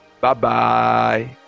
bye-bye